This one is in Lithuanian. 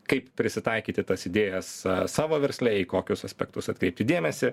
kaip prisitaikyti tas idėjas a savo versle į kokius aspektus atkreipti dėmesį